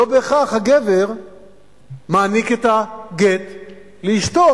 לא בהכרח הגבר מעניק את הגט לאשתו.